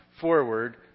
forward